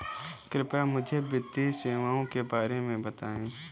कृपया मुझे वित्तीय सेवाओं के बारे में बताएँ?